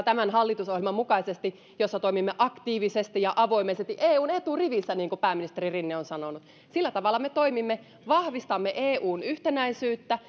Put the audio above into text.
tämän hallitusohjelman mukaisesti tätä eurooppapolitiikkaa jossa toimimme aktiivisesti ja avoimesti eun eturivissä niin kuin pääministeri rinne on sanonut sillä tavalla me toimimme vahvistamme eun yhtenäisyyttä